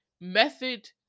method